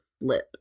flip